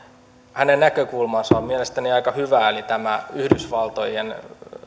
hänen näkökulmansa on mielestäni aika hyvä eli tämä yhdysvaltojen kaltainen